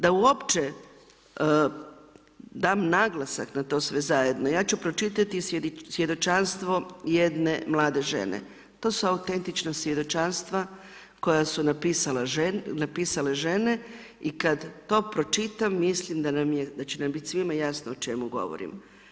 Da uopće dam naglasak na to sve zajedno, ja ću pročitati svjedočanstvo jedne mlade žene, to su autentična svjedočanstva koja su napisale žene i kad to pročitam, mislim da će nam bit svima jasno o čemu govorim.